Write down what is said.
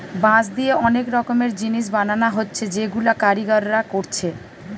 বাঁশ দিয়ে অনেক রকমের জিনিস বানানা হচ্ছে যেগুলা কারিগররা কোরছে